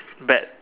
bet